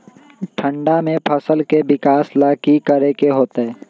ठंडा में फसल के विकास ला की करे के होतै?